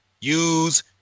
use